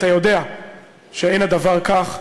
אתה יודע שאין הדבר כך,